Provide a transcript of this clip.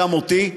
גם אותי.